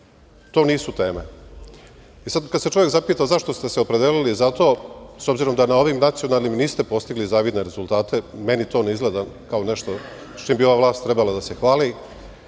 to nisu teme.E sad, kad se čovek zapita zašto ste se opredelili za to, s obzirom da na ovim nacionalnim niste postigli zavidne rezultate, meni to ne izgleda kao nešto sa čim bi ova vlast trebalo da se hvali,